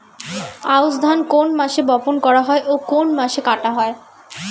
আউস ধান কোন মাসে বপন করা হয় ও কোন মাসে কাটা হয়?